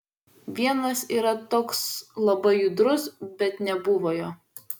vienas yra toks labai judrus bet nebuvo jo